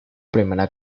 primera